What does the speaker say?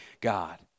God